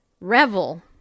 Revel